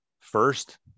first